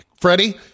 Freddie